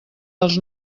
dels